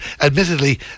admittedly